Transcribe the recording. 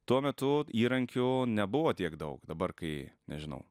tuo metu įrankių nebuvo tiek daug dabar kai nežinau